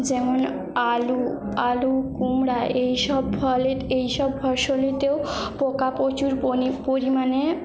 যেমন আলু আলু কুমড়ো এইসব ফলের এইসব ফসলেতেও পোকা প্রচুর পনি পরিমাণে